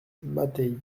mattei